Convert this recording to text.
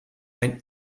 ein